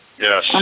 Yes